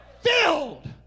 filled